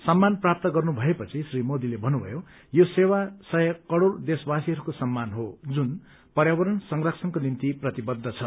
सम्मान प्राप्त गर्नभए पछि श्री मोदीले भन्नुभयो यो सेवा सय करोड़ देशवासीहरूको सम्मान हो जुन पर्यावरण संरक्षणको निम्ति प्रतिबद्ध छ